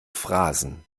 phrasen